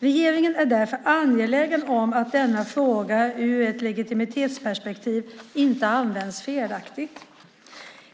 Regeringen är därför angelägen om att denna förmån ur ett legitimitetsperspektiv inte används felaktigt.